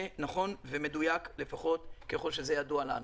זה נכון ומדויק, לפחות ככל שידוע לנו.